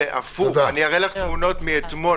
אראה לכם תמונות מאתמול,